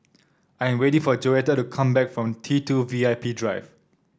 I am waiting for Joetta to come back from T two V I P Drive